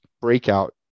breakout